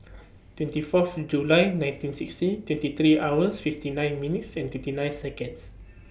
twenty Fourth July nineteen sixty twenty three hours fifty nine minutes and twenty nine Seconds